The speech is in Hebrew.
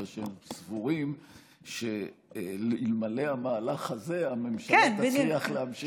אלא שהם סבורים שאלמלא המהלך הזה הממשלה תצליח להמשיך ולהחזיק מעמד.